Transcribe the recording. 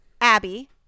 Abby